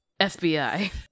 FBI